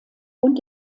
und